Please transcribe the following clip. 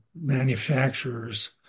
manufacturers